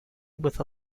with